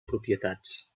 propietats